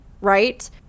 right